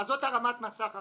אז זו הרמת מסך אחת.